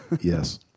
Yes